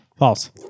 False